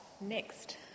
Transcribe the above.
Next